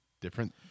different